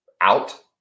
out